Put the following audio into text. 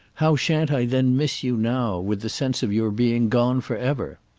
how shan't i then miss you now, with the sense of your being gone forever?